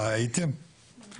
אין לי מושג,